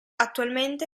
attualmente